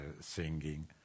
singing